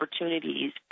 opportunities